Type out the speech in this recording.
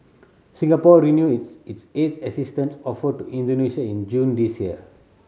Singapore renewed its its haze assistance offer to Indonesia in June this year